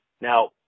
Now